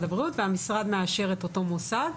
הבריאות והמשרד מאשר את אותו מוסד,